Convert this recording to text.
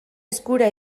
eskura